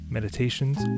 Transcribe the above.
Meditations